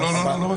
לא, אני לא מחליף